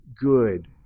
good